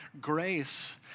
Grace